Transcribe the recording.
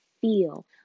feel